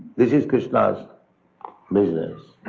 this is krsna's business.